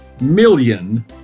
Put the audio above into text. million